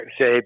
say